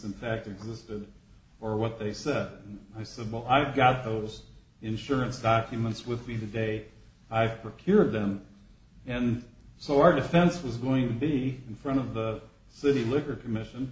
in fact existed or what they said and i said well i've got those insurance documents with me the day i procured them and so our defense was going to be in front of the city liquor commission